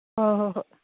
ꯍꯣ ꯍꯣ ꯍꯣꯏ